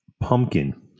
pumpkin